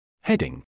Heading